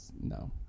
No